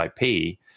IP